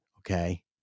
okay